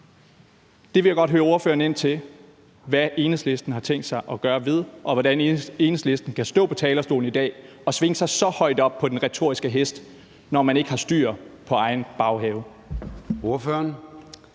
Der vil jeg godt spørge ordføreren, hvad Enhedslisten har tænkt sig at gøre ved det, og hvordan Enhedslisten kan stå på talerstolen i dag og svinge sig så højt op på den retoriske hest, når man ikke har styr på sin egen baghave.